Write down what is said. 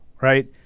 right